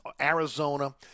Arizona